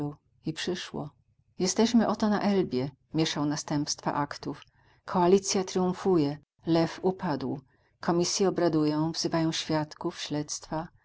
i przyszło jesteśmy oto na elbie mieszał następstwa aktów koalicja tryumfuje lew upadł komisje obradują wzywają świadków śledztwa